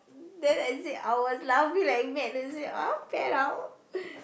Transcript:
then I said I was laughing like mad I said uh pair up